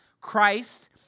Christ